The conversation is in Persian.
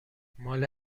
ماله